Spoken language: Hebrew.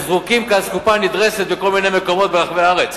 הם זרוקים כאסקופה נדרסת בכל מיני מקומות ברחבי הארץ.